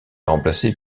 remplacé